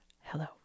hello